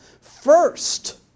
first